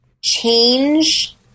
change